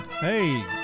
hey